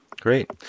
Great